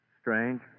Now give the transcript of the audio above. Strange